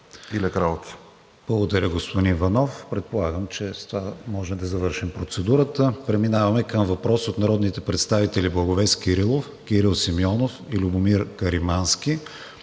ВИГЕНИН: Благодаря, господин Иванов. Предполагам, че с това може да завършим процедурата. Преминаваме към въпрос от народните представители Благовест Кирилов, Кирил Симеонов и Любомир Каримански